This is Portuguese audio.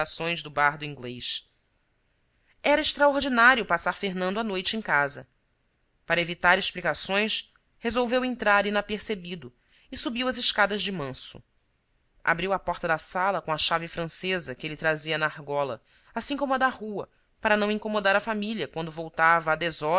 bardo inglês era extraordinário passar fernando a noite em casa para evitar explicações resolveu entrar inapercebido e subiu as escadas de manso abriu a porta da sala com a chave francesa que ele trazia na argola assim como a da rua para não incomodar a família quando voltava a